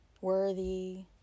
worthy